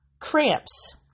cramps